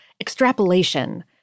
extrapolation